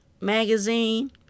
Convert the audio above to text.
magazine